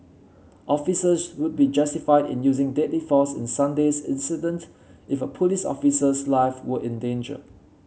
officers would be justified in using deadly force in Sunday's incident if a police officer's life were in danger